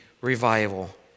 revival